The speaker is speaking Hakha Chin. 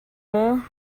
maw